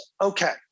okay